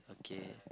okay